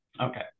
Okay